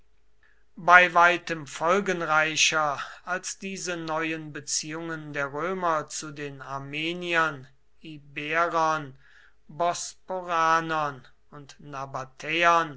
bei weitem folgenreicher als diese neuen beziehungen der römer zu den armeniern iberern bosporanern und